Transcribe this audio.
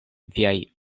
viajn